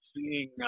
seeing